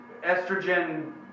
estrogen